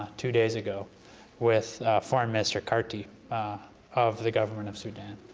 two days ago with foreign minister karti of the government of sudan.